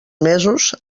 mesos